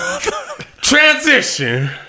Transition